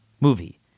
movie